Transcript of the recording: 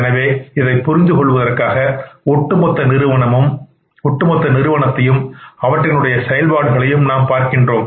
எனவே இதை புரிந்து கொள்வதற்காக ஒட்டுமொத்த நிறுவனத்தையும் அவற்றினுடைய செயல்பாடுகளையும் நாம் பார்க்கின்றோம்